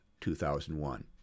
2001